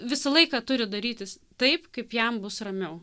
visą laiką turi darytis taip kaip jam bus ramiau